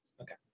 Okay